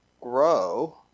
grow